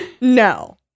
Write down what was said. No